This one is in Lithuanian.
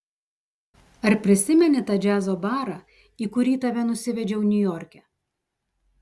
ar prisimeni tą džiazo barą į kurį tave nusivedžiau niujorke